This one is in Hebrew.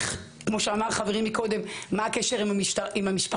כמו שאמר חברי מקודם, מה הקשר עם המשפחה?